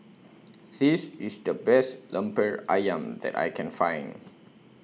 This IS The Best Lemper Ayam that I Can Find